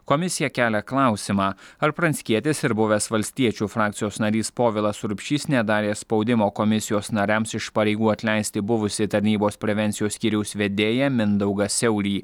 komisija kelia klausimą ar pranckietis ir buvęs valstiečių frakcijos narys povilas urbšys nedarė spaudimo komisijos nariams iš pareigų atleisti buvusį tarnybos prevencijos skyriaus vedėją mindaugą siaurį